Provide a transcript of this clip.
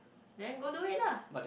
then go do it lah